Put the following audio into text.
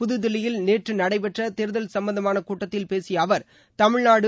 புதுதில்லியில் நேற்று நடைபெற்ற தேர்தல் சம்பந்தமான கூட்டத்தில் பேசிய அவர் தமிழ்நாடு